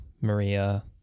Maria